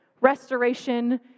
restoration